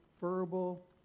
verbal